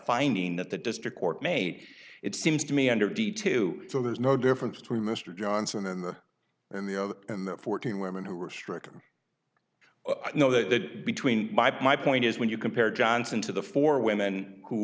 finding that the district court made it seems to me under d to so there's no difference between mr johnson and the and the other and the fourteen women who were stricken you know that that between my point is when you compared johnson to the four women who